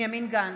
בנימין גנץ,